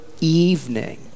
evening